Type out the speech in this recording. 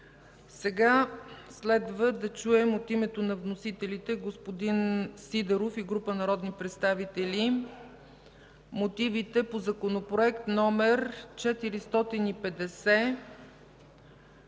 Следва да чуем от името на вносителите – господин Сидеров и група народни представители, мотивите по Законопроект № 454